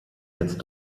jetzt